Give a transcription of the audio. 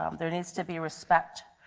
um there needs to be respect.